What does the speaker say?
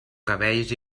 cabells